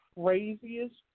craziest